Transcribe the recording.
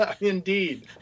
indeed